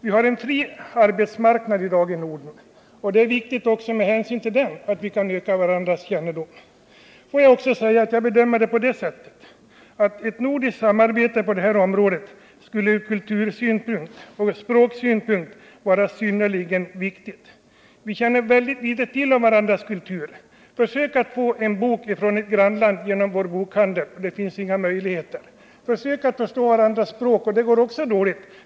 Vi har en fri arbetsmarknad i Norden och det är viktigt också med hänsyn till den att vi ökar kännedomen om varandra. Ett nordiskt samarbete på detta område skulle ur kultursynpunkt och språksynpunkt vara synnerligen viktigt. Vi känner mycket litet till om varandras kulturer. Försök få en bok från ett nordiskt grannland genom en bokhandel! Det är förenat med stora svårigheter. Vi förstår varandras språk dåligt.